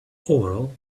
overall